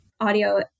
audio